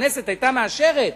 הכנסת היתה מאשרת,